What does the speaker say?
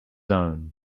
own